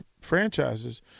franchises